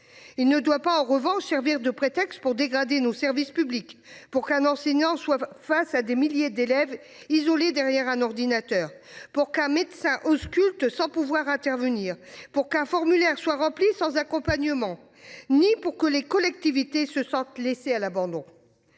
Il ne doit pas en revanche servir de prétexte pour dégrader nos services publics, pour qu'un enseignant soit face à des milliers d'élèves isolés derrière un ordinateur pour qu'un médecin ausculte sans pouvoir intervenir pour qu'un formulaire soit remplie sans accompagnement. Ni pour que les collectivités se sentent laissées à l'abandon.